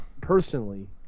personally